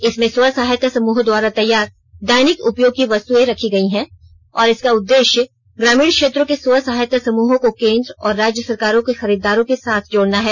इसमें स्व सहायता समूहों द्वारा तैयार दैनिक उपयोग की वस्तुए रखी गई हैं और इसका उद्देश्य ग्रामीण क्षेत्रों के स्व सहायता समूहों को केन्द्र और राज्य सरकारों के खरीदारो के साथ जोडना है